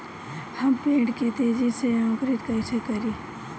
हम पेड़ के तेजी से अंकुरित कईसे करि?